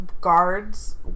guards